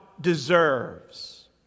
deserves